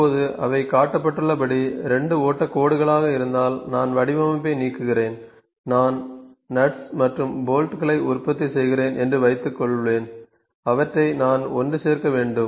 இப்போது அவை காட்டப்பட்டுள்ளபடி 2 ஓட்டக் கோடுகளாக இருந்தால் நான் வடிகட்டியை நீக்குகிறேன் நான் நட்ஸ் மற்றும் போல்ட்களை உற்பத்தி செய்கிறேன் என்று வைத்துக்கொள்வேன் அவற்றை நான் ஒன்று சேர்க்க வேண்டும்